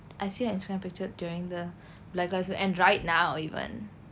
I see your instagram picture during the black lives matter and right now even